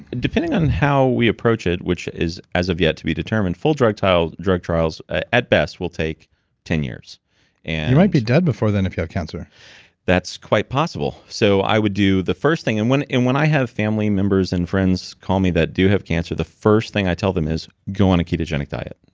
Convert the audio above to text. depending on how we approach it, which is as of yet to be determined, full drug trials drug trials at best will take ten years you and might be dead before then if you have cancer that's quite possible. so, i would do the first thing. and when and when i have family members and friends call me that do have cancer, the first thing i tell them is, go on a ketogenic diet.